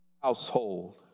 household